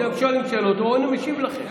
אתם שואלים שאלות, הוא משיב לכם.